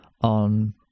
on